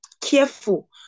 careful